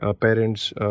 parents